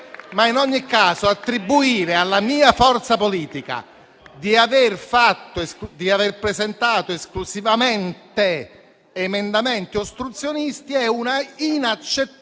In ogni caso, attribuire alla mia forza politica di aver presentato esclusivamente emendamenti ostruzionistici è una inaccettabile